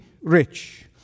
rich